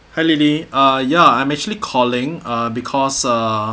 hi lily uh ya I'm actually calling uh because uh